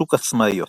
שוק עצמאיות.